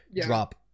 drop